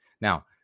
Now